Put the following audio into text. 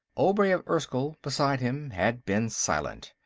obray of erskyll, beside him, had been silent.